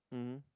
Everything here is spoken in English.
mmhmm